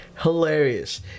Hilarious